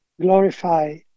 glorify